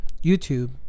YouTube